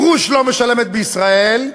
גרוש לא משלמת בישראל,